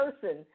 person